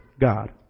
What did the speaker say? God